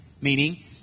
Meaning